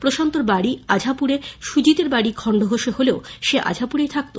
প্রশান্তর বাড়ি আঝাপুরে সুজিতের বাড়ি খন্ডঘোষে হলেও সে আঝাপুরেই থাকত